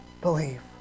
believe